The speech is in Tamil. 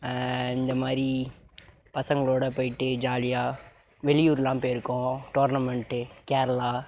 இந்த மாதிரி பசங்களோடு போயிட்டு ஜாலியாக வெளியூர்லாம் போயிருக்கோம் டோர்னமெண்ட்டு கேரளா